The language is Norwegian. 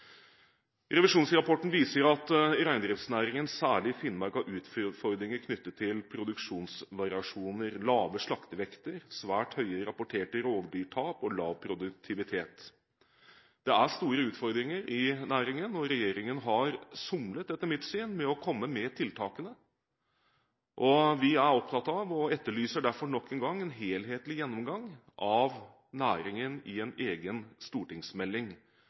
Revisjonsrapporten viser at i reindriftsnæringen, særlig i Finnmark, er det utfordringer knyttet til produksjonsvariasjoner – lave slaktevekter, svært høye rapporterte rovdyrtap og lav produktivitet. Det er store utfordringer i næringen, og regjeringen har, etter mitt syn, somlet med å komme med tiltakene. Vi er opptatt av – og etterlyser derfor nok en gang – en helhetlig gjennomgang av næringen i en egen stortingsmelding.